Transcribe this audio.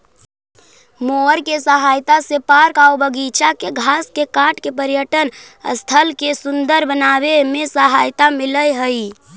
mower के सहायता से पार्क आऊ बागिचा के घास के काट के पर्यटन स्थल के सुन्दर बनावे में सहायता मिलऽ हई